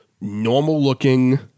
normal-looking